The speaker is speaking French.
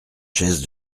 chaises